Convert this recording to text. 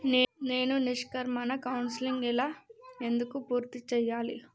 నేను నిష్క్రమణ కౌన్సెలింగ్ ఎలా ఎందుకు పూర్తి చేయాలి?